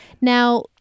Now